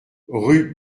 rue